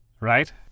Right